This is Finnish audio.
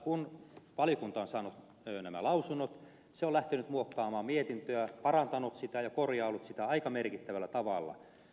kun valiokunta on saanut lausunnot se on lähtenyt muokkaamaan mietintöä parantanut sitä ja korjaillut sitä aika merkittävällä tavalla